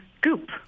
Goop